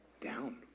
Down